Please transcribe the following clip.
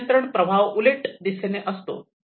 नियंत्रण प्रवाह उलट दिशेने असतो